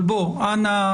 אנא,